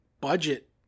budget